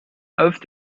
auf